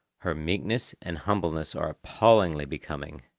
her meekness and humbleness are appallingly becoming,